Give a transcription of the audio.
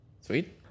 Sweet